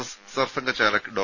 S സർസംഘ ചാലക് ഡോ